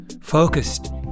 focused